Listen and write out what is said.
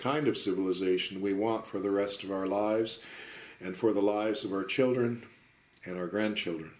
kind of civilization we want for the rest of our lives and for the lives of our children and our grandchildren